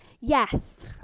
Yes